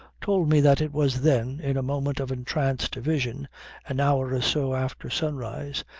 told me that it was then, in a moment of entranced vision an hour or so after sunrise,